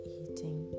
eating